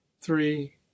three